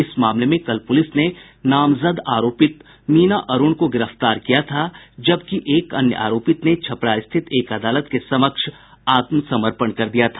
इस मामले में कल पुलिस ने नामजद आरोपित मीना अरूण को गिरफ्तार किया था जबकि एक अन्य आरोपित ने छपरा स्थित एक अदालत के समक्ष आत्मसमर्पण कर दिया था